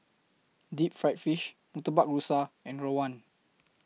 Deep Fried Fish Murtabak Rusa and Rawon